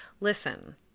listen